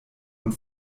und